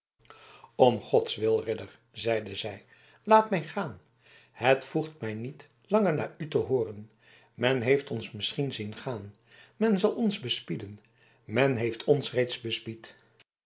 om gods wil ridder zeide zij laat mij gaan het voegt mij niet langer naar u te hooren men heeft ons misschien zien gaan men zal ons bespieden men heeft ons reeds